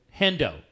Hendo